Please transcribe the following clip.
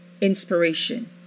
inspiration